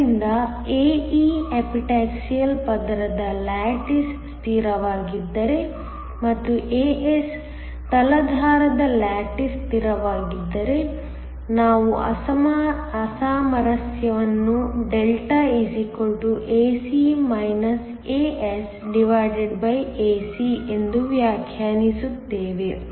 ಆದ್ದರಿಂದ ae epitaxial ಪದರದ lattice ಸ್ಥಿರವಾಗಿದ್ದರೆ ಮತ್ತು as ತಲಾಧಾರದ ಲ್ಯಾಟಿಸ್ ಸ್ಥಿರವಾಗಿದ್ದರೆ ನಾವು ಅಸಾಮರಸ್ಯವನ್ನು Δ ae asae ಎಂದು ವ್ಯಾಖ್ಯಾನಿಸುತ್ತೇವೆ